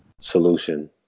solution